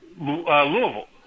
Louisville